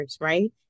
right